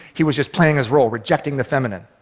he was just playing his role, rejecting the feminine,